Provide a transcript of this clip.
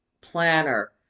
planner